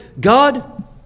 God